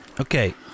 Okay